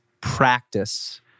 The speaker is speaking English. practice